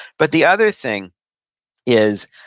but the other thing is,